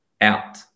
out